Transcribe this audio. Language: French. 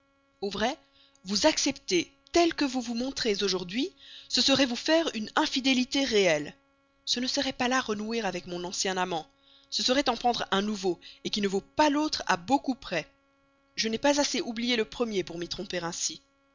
au vrai vous accepter tel que vous vous montrez aujourd'hui ce serait vous faire une infidélité réelle ce ne serait pas là renouer avec mon ancien amant ce serait en prendre un nouveau qui ne vaut pas l'autre à beaucoup près je n'ai pas assez oublié le premier pour m'y tromper ainsi